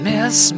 Miss